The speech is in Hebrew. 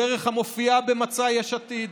דרך המופיעה במצע יש עתיד,